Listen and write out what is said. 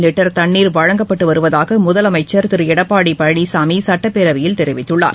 litre தண்ணீர் வழங்கப்பட்டு வருவதாக முதலமைச்சர் திரு எடப்பாடி பழனிசாமி சுட்டப்பேரவையில் தெரிவித்துள்ளார்